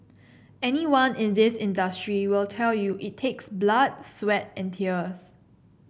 anyone in this industry will tell you it takes blood sweat and tears